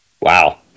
Wow